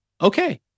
okay